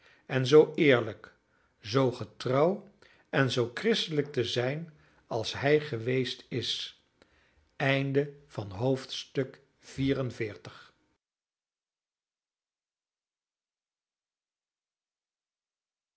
en zoo eerlijk zoo getrouw en zoo christelijk te zijn als hij geweest is